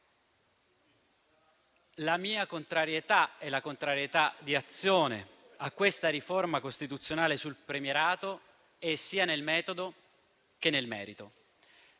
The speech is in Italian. la mia contrarietà e la contrarietà di Azione a questa riforma costituzionale sul premierato è sia nel metodo che nel merito.